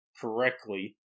correctly